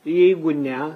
jeigu ne